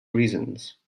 reasons